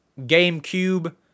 GameCube